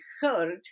heard